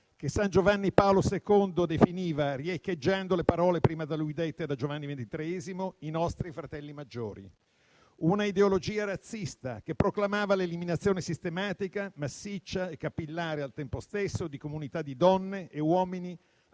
che San Giovanni Paolo II definiva, riecheggiando le parole prima da lui dette da Giovanni XXIII, «i nostri fratelli maggiori»; un'ideologia razzista che proclamava l'eliminazione sistematica, massiccia e capillare al tempo stesso di comunità di donne e uomini